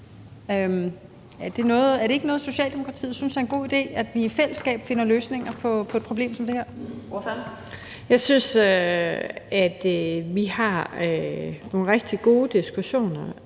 Er det ikke noget, Socialdemokratiet synes er en god idé, altså at vi i fællesskab finder løsninger på et problem som det her? Kl. 19:38 Den fg. formand (Annette